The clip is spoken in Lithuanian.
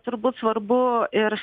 turbūt svarbu ir